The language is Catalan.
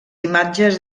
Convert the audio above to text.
imatges